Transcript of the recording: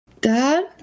Dad